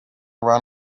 run